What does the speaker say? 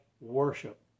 worship